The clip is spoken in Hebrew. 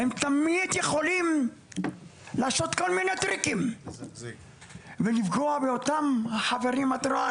הם תמיד יכולים לעשות כל מיני טריקים ולפגוע באותם החברים ואת רואה,